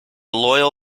loyal